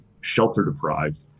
shelter-deprived